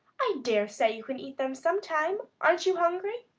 i dare say you can eat them some time. aren't you hungry?